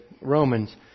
Romans